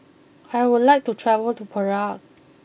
I would like to travel to Prague